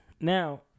Now